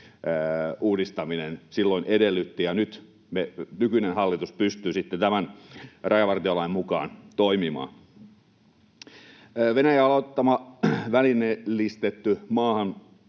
uudistaminen silloin edellytti. Nyt nykyinen hallitus pystyy sitten tämän rajavartiolain mukaan toimimaan. Venäjän aloittamassa välineellistetyssä